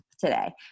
today